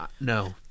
no